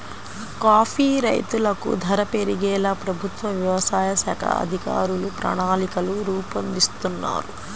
coffee రైతులకు ధర పెరిగేలా ప్రభుత్వ వ్యవసాయ శాఖ అధికారులు ప్రణాళికలు రూపొందిస్తున్నారు